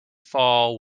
fall